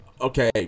okay